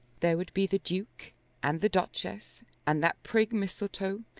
there would be the duke and the duchess and that prig mistletoe,